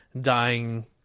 dying